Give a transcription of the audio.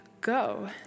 go